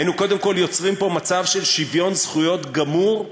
"היינו קודם כול יוצרים פה מצב של שוויון זכויות גמור,